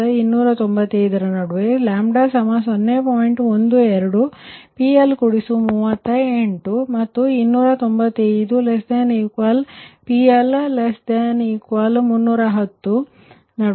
12 PL 38 ಮತ್ತು 295≤PL≤310 ನಡುವೆλ0